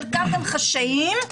חלקם חשאיים,